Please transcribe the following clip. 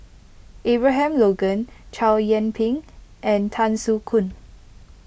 Abraham Logan Chow Yian Ping and Tan Soo Khoon